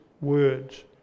words